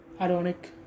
Ironic